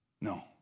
No